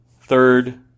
third